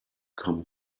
come